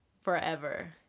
forever